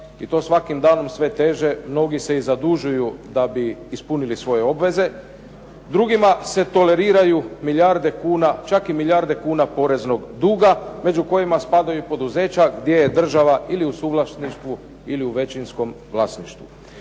i to svakim danom sve teže, mnogi se i zadužuju da bi ispunili svoje obveze, drugima se toleriraju milijardu kuna, čak milijarde kuna poreznom duga, među kojima spadaju i poduzeća gdje je država ili u suvlasništvu ili u većinskom vlasništvu.